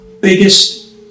biggest